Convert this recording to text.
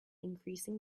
increasing